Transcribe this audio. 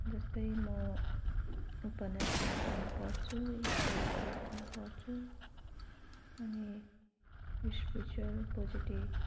जस्तै म उपन्यासहरू पनि पढ्छु स्टोरी बुक पनि पढ्छु अनि स्पेसियल पोजिटिभ